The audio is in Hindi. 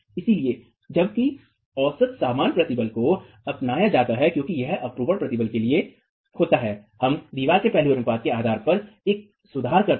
इसलिए जबकि औसत सामान्य प्रतिबल को अपनाया जाता है क्योंकि यह अपरूपण प्रतिबल के लिए होता है हम दीवार के पहलू अनुपात के आधार पर एक सुधार करते हैं